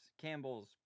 Campbell's